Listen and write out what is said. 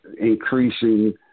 increasing